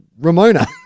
Ramona